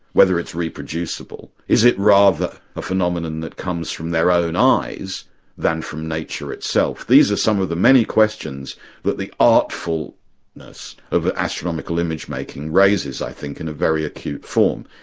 whether it's reproducible. is it rather a phenomenon that comes from their own eyes than from nature itself? these are some of the many questions that the artfulness of the astronomical image-making raises, i think, in a very acute form,